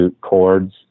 chords